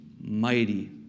mighty